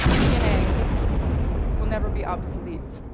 dna will never be obsolete.